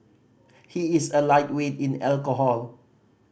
he is a lightweight in alcohol